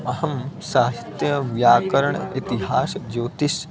अहं साहित्यं व्याकरणम् इतिहासं ज्योतिषं